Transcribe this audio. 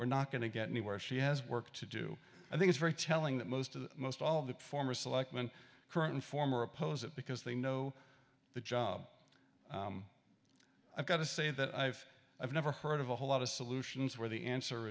we're not going to get anywhere she has work to do i think it's very telling that most of the most all of the former selectman current and former oppose it because they know the job i've got to say that i've i've never heard of a whole lot of solutions where the answer